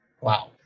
Wow